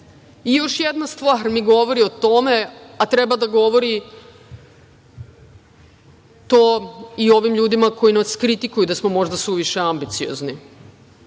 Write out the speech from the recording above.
još jedna stvar mi govori o tome, a treba da govori to i ovim ljudima koji nas kritikuju da smo možda suviše ambiciozni,